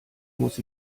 muss